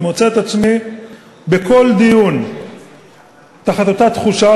אני מוצא את עצמי בכל דיון באותה תחושה,